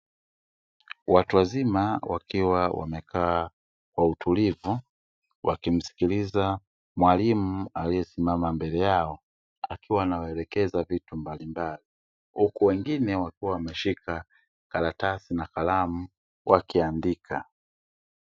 Watu wazima wakiwa wamekaa kwa utulivu wakimsikiliza mwalimu aliyesimama mbele yao akiwa anawaelekeza vitu mbalimbali, huku wengine wakiwa wameshika karatasi na kalamu wakiandika.